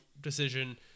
decision